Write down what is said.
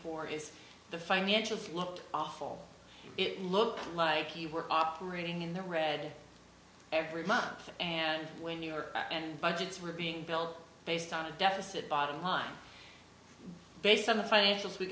for is the financial looked awful it looked like you were operating in the red every month and when new york and budgets were being built based on a deficit bottom line based on the financials we